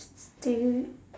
still